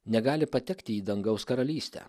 negali patekti į dangaus karalystę